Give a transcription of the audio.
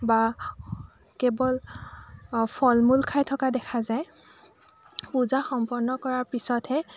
বা কেৱল ফল মূল খাই থকা দেখা যায় পূজা সম্পন্ন কৰাৰ পিছতহে